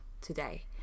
today